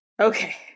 Okay